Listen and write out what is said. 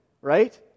right